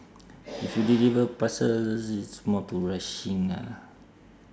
if you deliver parcels it's more to rushing ah